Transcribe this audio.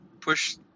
push